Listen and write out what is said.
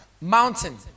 Mountain